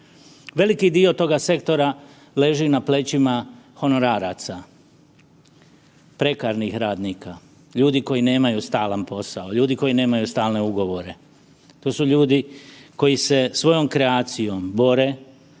Veliki dio tog sektora leži na plećima honoraraca, prekarnih radnika, ljudi koji nemaju stalan posao, ljudi koji nemaju stalne ugovore, to su ljudi koji se svojom kreacijom bore